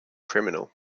criminal